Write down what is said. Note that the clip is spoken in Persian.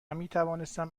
میتوانستم